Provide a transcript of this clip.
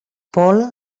paul